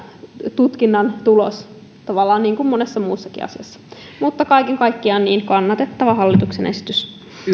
tutkinnan tulos tavallaan niin kuin monessa muussakin asiassa kaiken kaikkiaan kannatettava hallituksen esitys